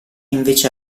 invece